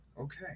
Okay